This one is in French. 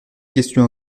questions